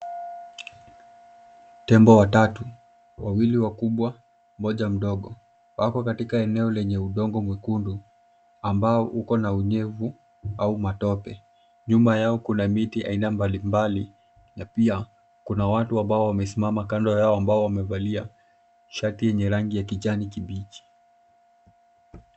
Tembo watatu, wawili wakubwa mmoja mdogo. Wako katika eneo lenye udongo mwekundu ambao uko na unyevu au matope. Nyuma yao kuna miti aina mbalimbali na pia kuna watu ambao wamesimama kando yao ambao wamevalia shati yenye rangi ya kijani kibichi.